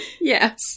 Yes